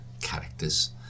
characters